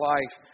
Life